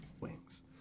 wings